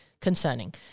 concerning